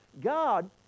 God